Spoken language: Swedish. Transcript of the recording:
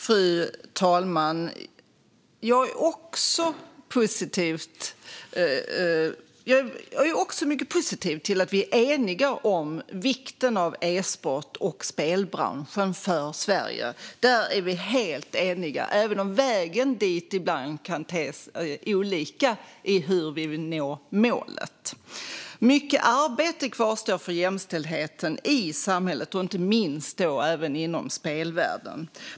Fru talman! Jag är också mycket positiv till att vi är eniga om vikten av e-sport och spelbranschen för Sverige, även om vägen, hur vi vill nå målet, ibland kan te sig olika. Mycket arbete kvarstår för jämställdheten i samhället, inte minst inom spelvärlden.